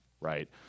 right